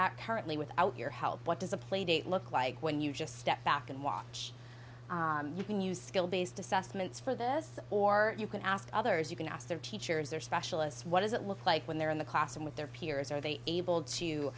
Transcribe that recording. at currently without your help what does a playdate look like when you just step back and watch you can use skill based assessments for this or you can ask others you can ask their teachers their specialists what does it look like when they're in the classroom with their peers are they able to